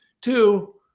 Two